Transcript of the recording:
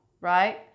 right